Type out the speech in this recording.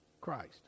Christ